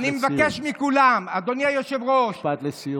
אני מבקש מכולם, אדוני היושב-ראש, משפט לסיום.